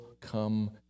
come